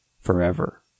forever